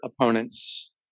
opponents